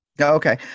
Okay